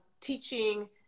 teaching